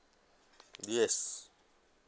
yes